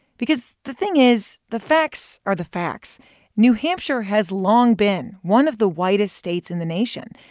because the thing is, the facts are the facts new hampshire has long been one of the whitest states in the nation.